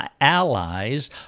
allies